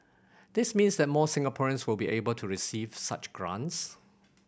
this means that more Singaporeans will be able to receive such grants